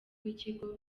w’ikigo